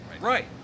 Right